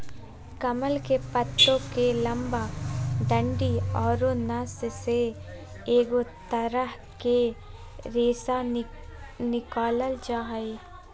कमल के पत्तो के लंबा डंडि औरो नस से एगो तरह के रेशा निकालल जा हइ